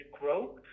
grow